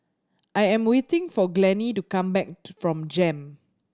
I am waiting for Glennie to come back from JEM